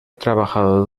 trabajado